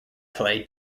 play